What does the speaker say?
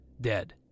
dead